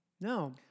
No